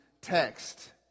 text